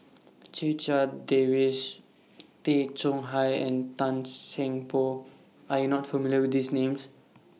Checha Davies Tay Chong Hai and Tan Seng Poh Are YOU not familiar with These Names